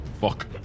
Fuck